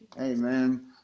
Amen